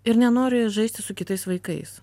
ir nenori žaisti su kitais vaikais